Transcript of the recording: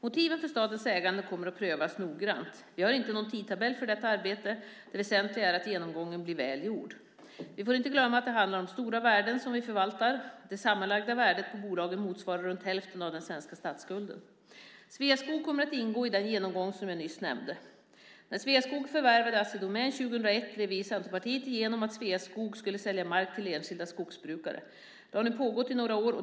Motiven för statens ägande kommer att prövas noggrant. Vi har inte någon tidtabell för detta arbete; det väsentliga är att genomgången blir väl gjord. Vi får inte glömma att det handlar om stora värden som vi förvaltar. Det sammanlagda värdet på bolagen motsvarar runt hälften av den svenska statsskulden. Sveaskog kommer att ingå i den genomgång som jag nyss nämnde. När Sveaskog förvärvade Assi Domän 2001 drev vi i Centerpartiet igenom att Sveaskog skulle sälja mark till enskilda skogsbrukare. Det har nu pågått i några år.